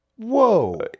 Whoa